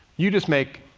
you just make,